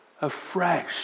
afresh